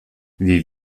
wie